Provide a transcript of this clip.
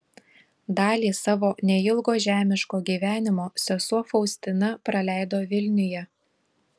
dalį savo neilgo žemiško gyvenimo sesuo faustina praleido vilniuje